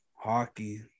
Hockey